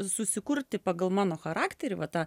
susikurti pagal mano charakterį va tą